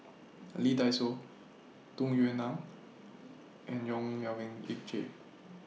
Lee Dai Soh Tung Yue Nang and Yong Melvin Yik Chye